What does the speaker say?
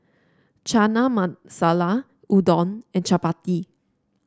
Chana Masala Udon and Chapati